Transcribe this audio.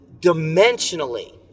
dimensionally